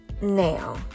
now